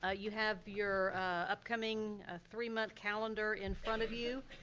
ah you have your upcoming ah three month calendar in front of you.